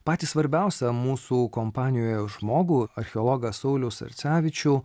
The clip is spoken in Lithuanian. patį svarbiausią mūsų kompanijoje žmogų archeologą saulių sarcevičių